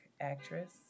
actress